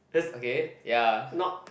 okay ya